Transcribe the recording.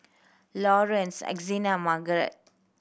Lawerence Hezekiah Marget